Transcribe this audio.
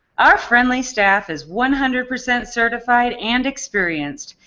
our friendly staff is one hundred percent certified and experienced,